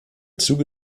zuge